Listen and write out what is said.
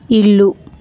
ఇల్లు